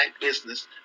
business